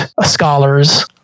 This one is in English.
scholars